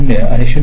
6 आहेत कारण 0